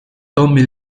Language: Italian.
tommy